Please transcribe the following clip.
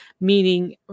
meaning